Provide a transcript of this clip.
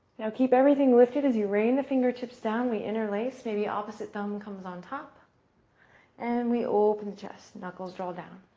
now keep everything lifted as your bring the fingertips down. we interlace, maybe opposite thumb comes on top and we open the chest. knuckles draw down.